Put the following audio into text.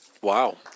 Wow